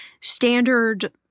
standard